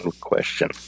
question